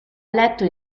letto